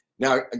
Now